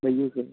भइयू से